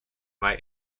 may